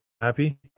happy